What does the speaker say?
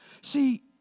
See